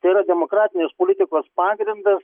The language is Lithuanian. tai yra demokratinės politikos pagrindas